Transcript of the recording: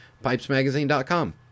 pipesmagazine.com